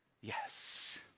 Yes